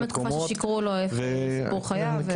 גם בתקופה ששיקרו לו על סיפור חייו.